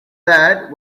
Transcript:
that